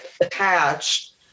attached